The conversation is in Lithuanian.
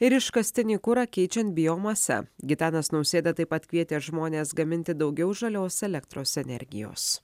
ir iškastinį kurą keičiant biomase gitanas nausėda taip pat kvietė žmones gaminti daugiau žalios elektros energijos